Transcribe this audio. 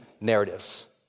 narratives